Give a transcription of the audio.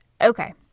Okay